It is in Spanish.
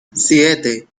siete